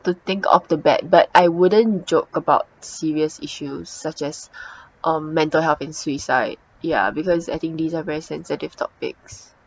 to think of the bad but I wouldn't joke about serious issues such as um mental health and suicide ya because I think these are very sensitive topics